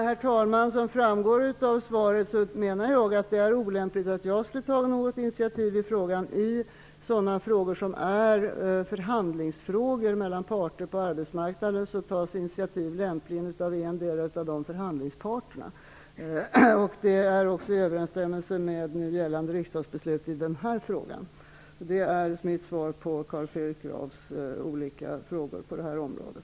Herr talman! Som framgår av svaret anser jag att det är olämligt att jag tar något initiativ i frågan. I förhandlingsfrågor mellan parter på arbetsmarknaden tas initiativ lämpligen av endera av förhandlingsparterna. Det är också i överensstämmelse med nu gällande riksdagsbeslut i den här frågan. Det är mitt svar på Carl Fredrik Grafs olika frågor på det här området.